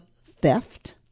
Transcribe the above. theft